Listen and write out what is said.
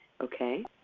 okay